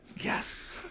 yes